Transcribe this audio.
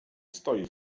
stoi